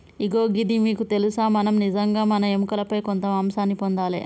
ఇగో గిది మీకు తెలుసా మనం నిజంగా మన ఎముకలపై కొంత మాంసాన్ని పొందాలి